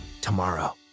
tomorrow